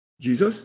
Jesus